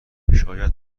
شاید